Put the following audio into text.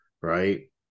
right